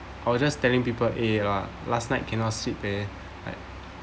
I were just telling people eh ah last night cannot sleep eh I